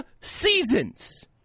seasons